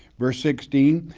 verse sixteen,